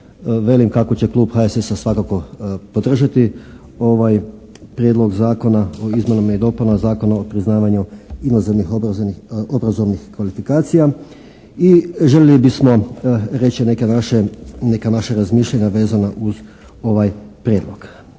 velim kako će Klub HSS-a svakako podržati ovaj Prijedlog zakona o izmjenama i dopunama Zakona o priznavanju inozemnih obrazovnih kvalifikacija i željeli bismo reći neke naše, neka naša razmišljanja vezana uz ovaj prijedlog.